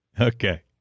Okay